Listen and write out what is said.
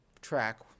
track